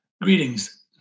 Greetings